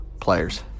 players